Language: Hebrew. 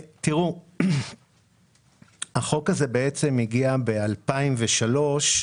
החוק הזה הגיע ב-2003,